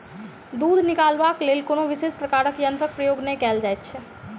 दूध निकालबाक लेल कोनो विशेष प्रकारक यंत्रक प्रयोग नै कयल जाइत छै